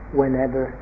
whenever